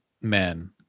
men